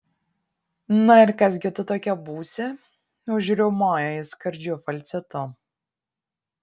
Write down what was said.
na ir kas gi tu tokia būsi užriaumojo jis skardžiu falcetu